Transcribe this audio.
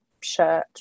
shirt